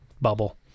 bubble